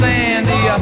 Sandy